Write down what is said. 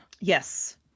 Yes